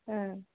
ஆ